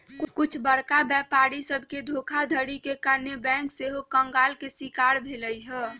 कुछ बरका व्यापारी सभके धोखाधड़ी के कारणे बैंक सेहो कंगाल के शिकार भेल हइ